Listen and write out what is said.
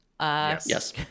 Yes